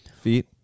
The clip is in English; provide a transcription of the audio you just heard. feet